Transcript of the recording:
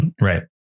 Right